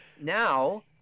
now